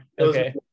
okay